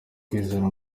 kwizera